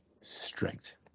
strength